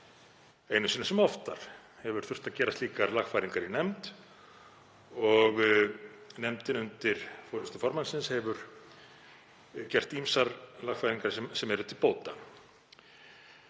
Einu sinni sem oftar hefur þurft að gera slíkar lagfæringar í nefnd og nefndin hefur undir forystu formannsins gert ýmsar lagfæringar sem eru til bóta.